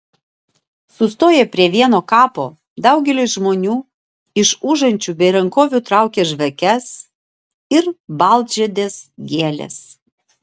sustoję prie vieno kapo daugelis žmonių iš užančių bei rankovių traukia žvakes ir baltžiedes gėles